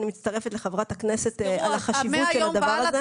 אני מצטרפת לחברת הכנסת על החשיבות של הדבר הזה.